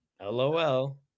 Lol